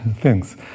Thanks